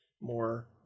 more